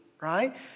right